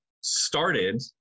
started